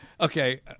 okay